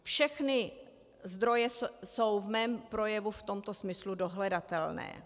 Všechny zdroje jsou v mém projevu v tomto smyslu dohledatelné.